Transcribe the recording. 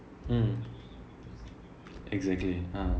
mm exactly